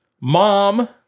mom